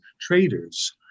traders